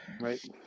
Right